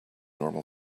normal